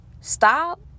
stop